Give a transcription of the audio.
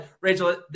Rachel